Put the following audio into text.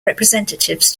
representatives